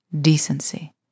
decency